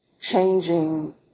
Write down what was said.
changing